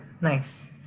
nice